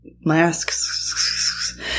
masks